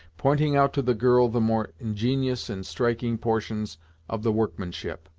pointing out to the girl the more ingenious and striking portions of the workmanship.